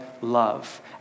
love